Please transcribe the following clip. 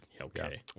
Okay